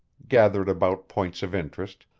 gathered about points of interest,